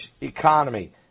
economy